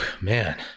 man